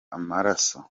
amaraso